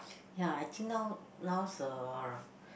ya I think now now is uh